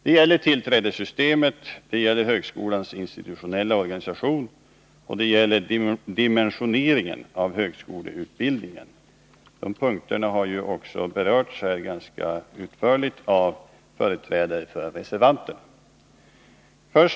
Det gäller tillträdessystemet, det gäller högskolans institutionella organisation, och det gäller dimensioneringen av högskoleutbildningen. De punkterna har ju också berörts här ganska utförligt av företrädare för reservanterna.